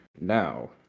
now